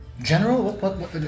general